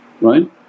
right